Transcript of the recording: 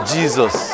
Jesus